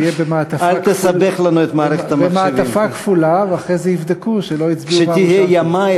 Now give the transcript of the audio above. אה, סליחה, אדוני רצה להצביע בעד ודאי,